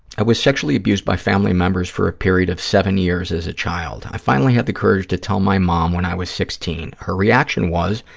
i was sexually abused by family members for a period of seven years as a child. i finally had the courage to tell my mom when i was sixteen. her reaction was,